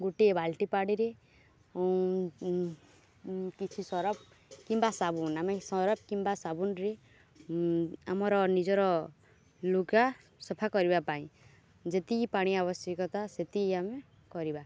ଗୋଟିଏ ବାଲ୍ଟି ପାଡ଼ିରେ କିଛି ସରଫ୍ କିମ୍ବା ସାବୁନ୍ ଆମେ ସରଫ୍ କିମ୍ବା ସାବୁନରେ ଆମର ନିଜର ଲୁଗା ସଫା କରିବା ପାଇଁ ଯେତିକି ପାଣି ଆବଶ୍ୟକତା ସେତିକି ଆମେ କରିବା